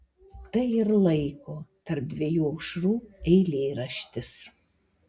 tai ir laiko tarp dviejų aušrų eilėraštis